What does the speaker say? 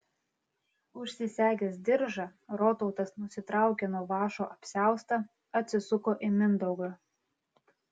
užsisegęs diržą rotautas nusitraukė nuo vąšo apsiaustą atsisuko į mindaugą